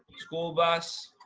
school bus.